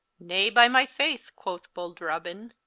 nay, by my faith, quoth bolde robin,